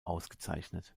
ausgezeichnet